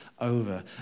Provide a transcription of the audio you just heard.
over